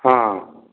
ହଁ